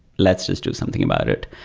lets us do something about it,